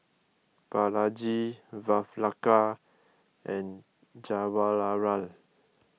Balaji Vavilala and Jawaharlal